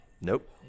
nope